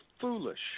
foolish